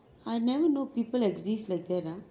I never know people exist like that ah